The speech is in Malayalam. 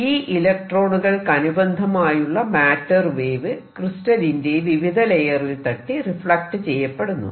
ഈ ഇലക്ട്രോണുകൾക്കനുബദ്ധമായുള്ള മാറ്റർ വേവ് ക്രിസ്റ്റലിന്റെ വിവിധ ലേയറിൽ തട്ടി റിഫ്ലക്ട് ചെയ്യപ്പെടുന്നു